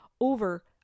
over